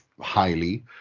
highly